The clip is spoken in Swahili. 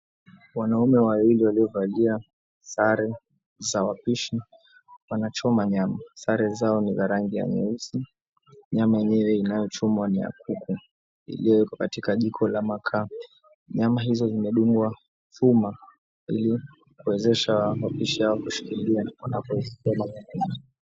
Wanaume wawili walio valia sare za wapishi, wanachoma nyama. Sare zao ni za rangi ya nyeusi. Nyama yenyewe inayo chomwa ni ya kuku iliyo wekwa katika jiko la makaa. Nyama hizo zimedungwa chuma, ili kuwezesha wapishi hao kushikilia wanapo zichoma kuku hizo.